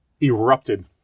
erupted